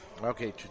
Okay